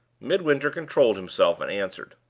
midwinter controlled himself, and answered